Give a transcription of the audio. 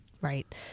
right